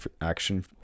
action